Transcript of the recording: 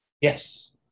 Yes